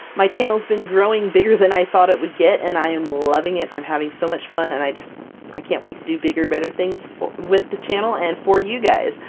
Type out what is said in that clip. my channel's been growing bigger than i thought it would get, and i am loving it! i'm having so much fun and i just i can't wait to do bigger, better things f with the channel, and for you guys!